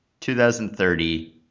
2030